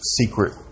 secret